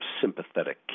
sympathetic